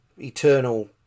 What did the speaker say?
eternal